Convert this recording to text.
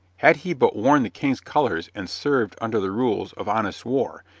had he but worn the king's colors and served under the rules of honest war,